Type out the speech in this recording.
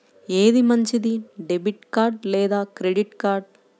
ఏది మంచిది, debit card లేదా క్రెడిట్ కార్డ్?